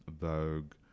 Vogue